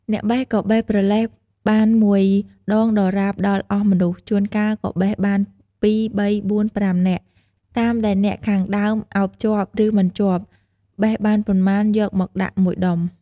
អ្នកបេះក៏បេះប្រលេះ បានមួយម្តងដរាបដល់អស់មនុស្ស ជួនកាលក៏បេះបាន ២ ៣ ៤ ៥ នាក់ តាមដែលអ្នកខាងដើមឱបជាប់ ឬមិនជាប់ បេះបានប៉ុន្មានយកមកដាក់១ដុំ។